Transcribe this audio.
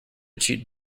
cheat